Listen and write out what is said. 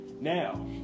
Now